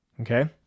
okay